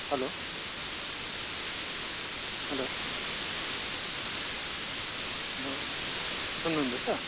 hello hello hello सुन्नुहुँदैछ